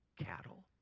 cattle